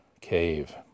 cave